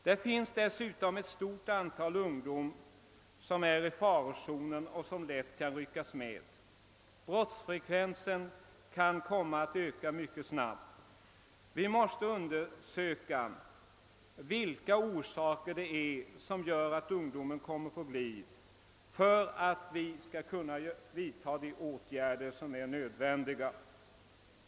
Det finns dessutom ett stort antal ungdomar som är i farozonen och som lätt kan ryckas med. Brottsfrekvensen kan komma att öka mycket snabbt. Vi måste undersöka vilka orsaker det är som gör att ungdomen kommer på glid för att vi skall kunna vidta de åtgärder som är nödvändiga.